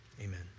Amen